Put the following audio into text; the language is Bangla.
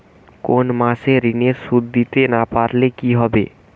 কোন মাস এ ঋণের সুধ দিতে না পারলে কি হবে?